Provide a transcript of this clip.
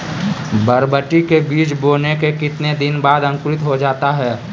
बरबटी के बीज बोने के कितने दिन बाद अंकुरित हो जाता है?